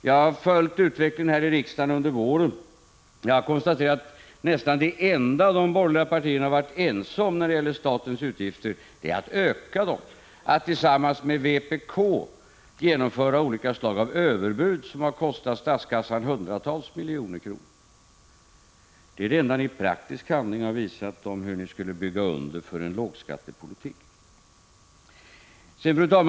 Jag har följt utvecklingen här i riksdagen under våren och konstaterat att nästan det enda som de borgerliga partierna varit ense om när det gäller statens utgifter är att öka dem, att tillsammans med vpk genomföra olika slags överbud som kostat statskassan hundratals miljoner. Det är det enda som ni i praktisk handling har visat av hur ni skulle bygga under för en lågskattepolitik. Fru talman!